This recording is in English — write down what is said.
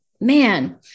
man